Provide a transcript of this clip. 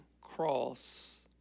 Cross